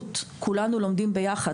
כולנו לומדים ביחד.